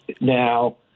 now